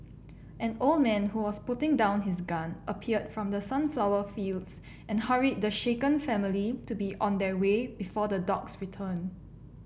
an old man who was putting down his gun appeared from the sunflower fields and hurried the shaken family to be on their way before the dogs return